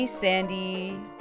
Sandy